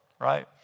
Right